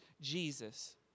Jesus